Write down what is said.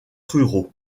ruraux